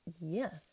yes